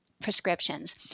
prescriptions